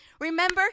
Remember